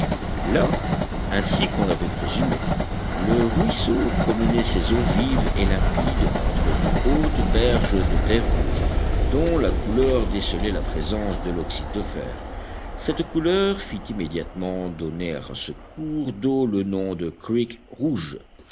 là ainsi qu'on l'avait présumé le ruisseau promenait ses eaux vives et limpides entre de hautes berges de terre rouge dont la couleur décelait la présence de l'oxyde de fer cette couleur fit immédiatement donner à ce cours d'eau le nom de